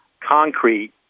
concrete